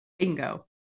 Bingo